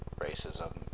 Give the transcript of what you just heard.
racism